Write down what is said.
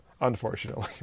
unfortunately